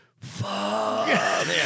fuck